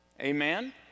Amen